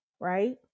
right